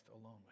alone